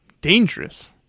Dangerous